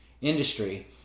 industry